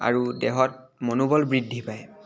আৰু দেহত মনোবল বৃদ্ধি পায়